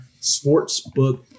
sportsbook